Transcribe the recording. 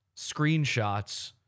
screenshots